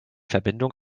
verbindung